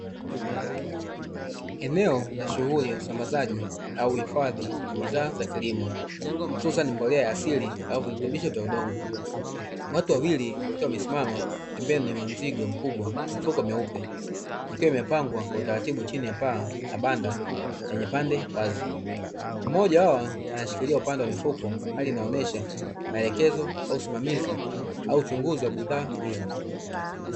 Eneo la shughuli ya usambazaji au uhifadhi wa bidhaa za kilimo, hususani ni mbolea ya asili virutubisho vya udongo. Watu wawili wakiwa wamesimama pembe ya mzigo mkubwa wa mifuko mweupe ikiwa imepangwa kwa utaratibu chini ya paa la banda lenye pande wazi. Mmoja wao anashikilia upande wa mifuko, hali inayoonesha maelekezo au usimamizi au uchunguzi wa bidhaa hizo.